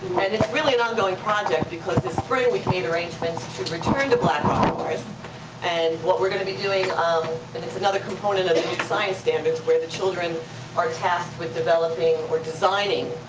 and it's really an ongoing project, because this spring we made arrangements to return to black rock forest and what we're gonna be doing, and it's another component of the new science standards where the children are tasked with developing or designing,